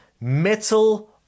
metal